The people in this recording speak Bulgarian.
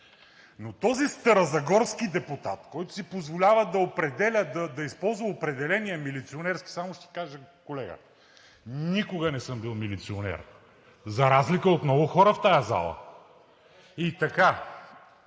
Но този старозагорски депутат, който си позволява да използва определения „милиционерски“… Само ще ти кажа, колега, че никога не съм бил милиционер, за разлика от много хора в тази зала. Накрая,